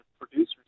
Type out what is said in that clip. producers